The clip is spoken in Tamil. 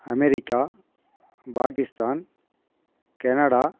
America Pakistan Canada